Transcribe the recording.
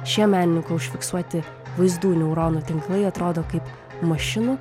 šie menininko užfiksuoti vaizdų neuronų tinklai atrodo kaip mašinų